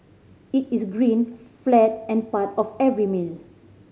it is green flat and part of every meal